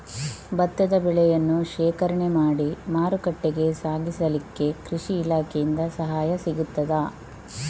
ಭತ್ತದ ಬೆಳೆಯನ್ನು ಶೇಖರಣೆ ಮಾಡಿ ಮಾರುಕಟ್ಟೆಗೆ ಸಾಗಿಸಲಿಕ್ಕೆ ಕೃಷಿ ಇಲಾಖೆಯಿಂದ ಸಹಾಯ ಸಿಗುತ್ತದಾ?